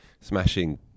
smashing